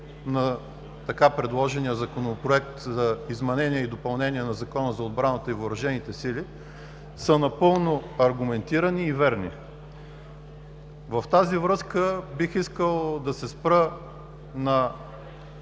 на така предложения Законопроект за изменение и допълнение на Закона за отбраната и въоръжените сили, са напълно аргументирани и верни. В тази връзка бих искал да се спра на